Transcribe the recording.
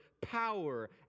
power